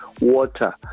water